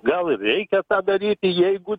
gal ir reikia tą daryti jeigu